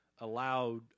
allowed